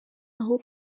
aho